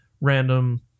random